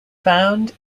found